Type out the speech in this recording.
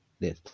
death